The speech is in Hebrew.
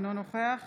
אינו נוכח